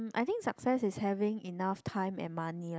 I think success is having enough time and money lah